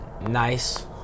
nice